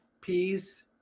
peace